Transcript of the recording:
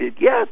yes